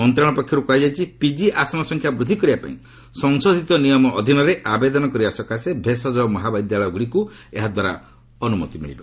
ମନ୍ତ୍ରଣାଳୟ ପକ୍ଷରୁ କୁହାଯାଇଛି ପିକି ଆସନ ସଂଖ୍ୟା ବୃଦ୍ଧି କରିବା ପାଇଁ ସଂଶୋଧିତ ନିୟମ ଅଧୀନରେ ଆବେଦନ କରିବା ସକାଶେ ଭେଷକ ମହାବିଦ୍ୟାଳୟଗୁଡ଼ିକୁ ଏହାଦ୍ୱାରା ଅନୁମତି ମିଳିବ